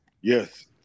Yes